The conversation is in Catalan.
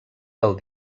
del